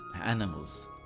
animals